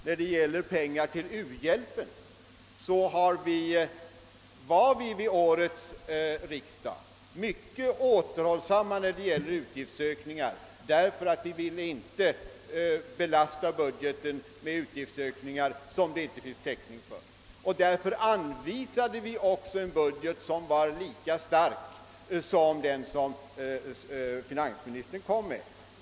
När det gäller pengar till uhjälpen har vi vid årets riksdag varit mycket återhållsamma beträffande utgiftsökningar därför att vi inte ville belasta budgeten med utgiftsökningar som det inte finns täckning för. Vi anvisade också en budget som var lika stark som den som finansministern presenterade.